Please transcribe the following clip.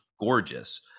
gorgeous